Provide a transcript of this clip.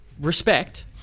respect